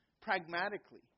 pragmatically